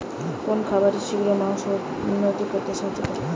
কোন খাবারে শিঘ্র মাংস উৎপন্ন করতে সাহায্য করে?